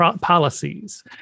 policies